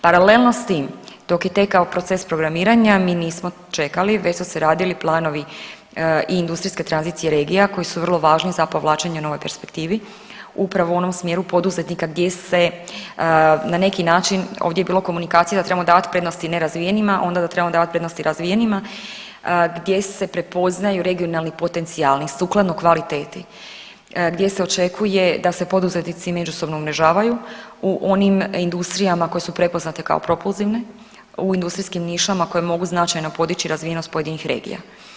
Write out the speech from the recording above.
Paralelno s tim dok je tekao proces programiranja mi nismo čekali već su se radili planovi i industrijske tranzicije regija koji su vrlo važni za povlačenje novoj perspektivi upravo u onom smjeru poduzetnika gdje se na neki način ovdje je bilo komunikacije da trebamo davati prednosti nerazvijenima, onda da trebamo davati prednosti razvijenima gdje se prepoznaju regionalni potencijali sukladno kvaliteti, gdje se očekuje da se poduzetnici međusobno umrežavaju u onim industrijama koje su prepoznate kao propulzivne u industrijskim nišama koje mogu značajno podići razvijenost pojedinih regija.